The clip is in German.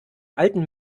alten